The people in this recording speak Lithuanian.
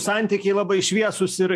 santykiai labai šviesūs ir